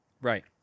right